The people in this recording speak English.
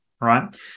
right